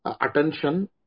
attention